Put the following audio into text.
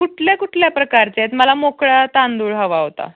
कुठल्या कुठल्या प्रकारचे आहेत मला मोकळ्या तांदूळ हवा होता